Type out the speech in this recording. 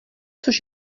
což